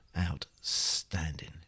outstanding